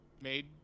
Made